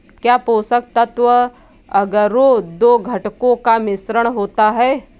क्या पोषक तत्व अगरो दो घटकों का मिश्रण होता है?